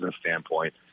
standpoint